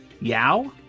Yao